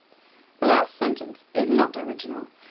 last sentence is not original.